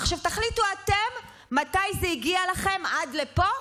עכשיו תחליטו אתם מתי זה יגיע לכם עד לפה,